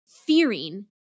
fearing